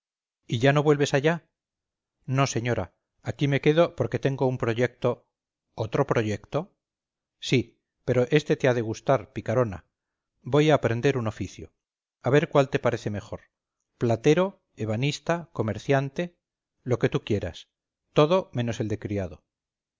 y ya no vuelves allá no señora aquí me quedo porque tengo un proyecto otro proyecto sí pero este te ha de gustar picarona voy a aprender un oficio a ver cuál te parece mejor platero ebanista comerciante lo que tú quieras todo menos el de criado